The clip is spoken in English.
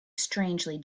strangely